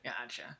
Gotcha